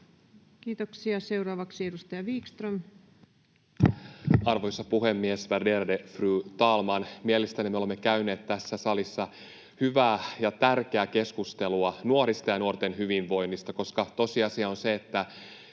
Kiitoksia. — Seuraavaksi edustaja Vikström. Arvoisa puhemies, värderade fru talman! Mielestäni me olemme käyneet tässä salissa hyvää ja tärkeää keskustelua nuorista ja nuorten hyvinvoinnista, koska tosiasia on se, että